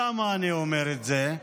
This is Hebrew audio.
למה אני אומר את זה?